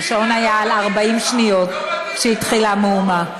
השעון היה על 40 כשהתחילה המהומה.